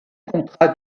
contrat